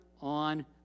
on